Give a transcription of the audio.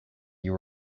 you